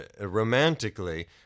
romantically